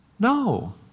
No